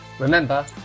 Remember